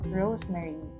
rosemary